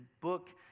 book